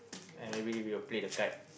and we we'll play the card